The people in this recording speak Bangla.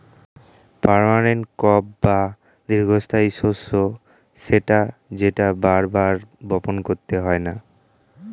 পার্মানেন্ট ক্রপ বা দীর্ঘস্থায়ী শস্য সেটা যেটা বার বার বপণ করতে হয়না